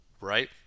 right